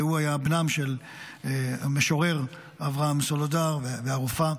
והוא היה בנם של המשורר אברהם סולודר והרופאה.